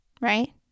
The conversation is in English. right